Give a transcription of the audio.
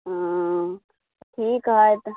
ओ ठीक है तऽ